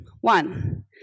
one